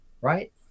Right